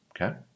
okay